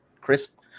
crisp